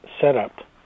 setup